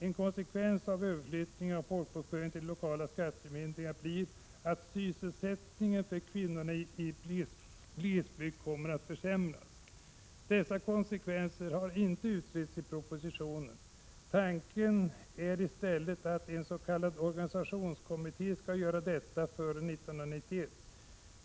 En konsekvens av en överflyttning av folkbokföringen till de lokala skattemyndigheterna blir att sysselsättningen för kvinnor i glesbygd försämras. Dessa konsekvenser har inte utretts i propositionen. Tanken är i stället att en sk organisationskommitté skall göra detta före 1991.